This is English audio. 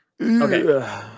Okay